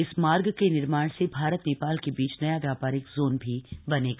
इस मार्ग के निर्माण से भारत नेपाल के बीच नया व्यापारिक जोन भी बनेगा